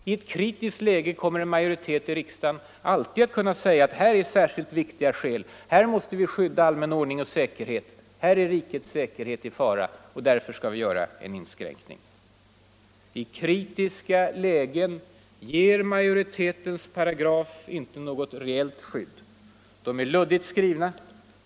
I ett kritiskt läge kommer en majoritet i riksdagen alltid att kunna säga: Det här är särskilt, viktiga skäl, här måste vi skydda allmän ordning och säkerhet. Här är rikets säkerhet i fara; därför skall vi göra en inskränkning. I kritiska lägen ger utredningsmajoritetens paragrafer inte något reellt skydd. De är luddigt skrivna.